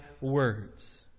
words